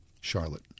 Charlotte